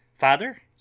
Father